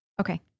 Okay